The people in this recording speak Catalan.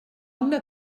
una